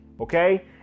Okay